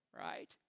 right